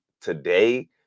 today